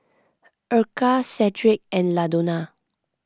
Erykah Cedrick and Ladonna